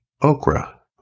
Okra